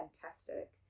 fantastic